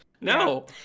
No